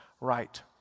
right